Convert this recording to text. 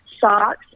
socks